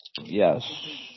Yes